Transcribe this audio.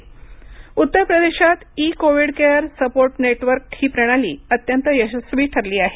उत्तर प्रदेश उत्तर प्रदेशात e COVID care support network ही प्रणाली अत्यंत यशस्वी ठरली आहे